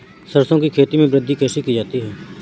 सरसो की खेती में वृद्धि कैसे की जाती है?